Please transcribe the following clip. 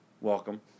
welcome